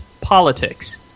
politics